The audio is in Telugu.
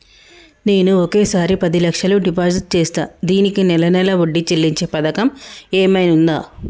నేను ఒకేసారి పది లక్షలు డిపాజిట్ చేస్తా దీనికి నెల నెల వడ్డీ చెల్లించే పథకం ఏమైనుందా?